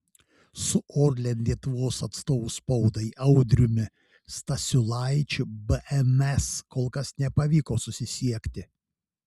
su orlen lietuvos atstovu spaudai audriumi stasiulaičiu bns kol kas nepavyko susisiekti